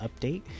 update